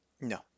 No